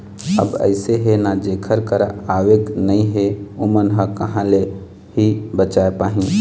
अब अइसे हे ना जेखर करा आवके नइ हे ओमन ह कहाँ ले ही बचाय पाही